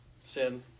sin